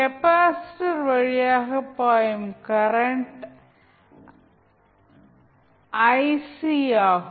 capacitor வழியாக பாயும் current ஆகும்